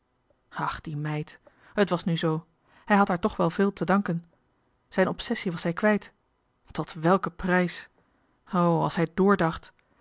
die meid het was nu zoo hij had haar toch wel veel te danken zijn obsessie was hij kwijt tot welken prijs o als hij doordacht